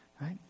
right